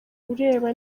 ureba